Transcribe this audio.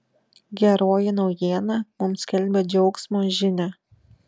geroji naujiena mums skelbia džiaugsmo žinią